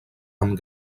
amb